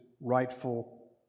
rightful